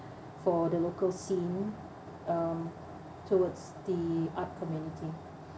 for the local scene um towards the art community